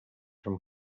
from